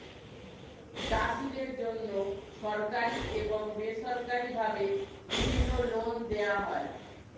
চাষীদের জন্যে সরকারি এবং বেসরকারি ভাবে বিভিন্ন লোন দেওয়া হয়